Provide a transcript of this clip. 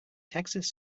texas